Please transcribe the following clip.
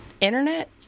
internet